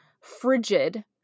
frigid